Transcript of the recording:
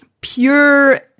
pure